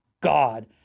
god